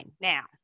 now